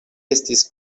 estis